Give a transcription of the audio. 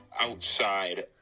outside